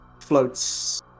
floats